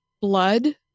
blood